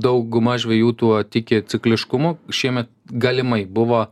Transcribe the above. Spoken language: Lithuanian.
dauguma žvejų tuo tiki cikliškumu šiemet galimai buvo